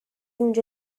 اونجا